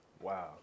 Wow